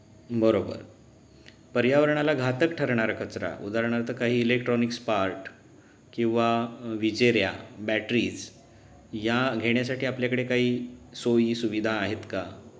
बरोबर पर्यावरणाला घातक ठरणारा कचरा उदाहरणार्थ काही इलेक्ट्रॉनिक्स पार्ट किंवा विजेऱ्या बॅटरीज या घेण्यासाठी आपल्याकडे काही सोयी सुविधा आहेत का